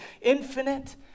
infinite